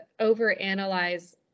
overanalyze